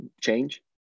change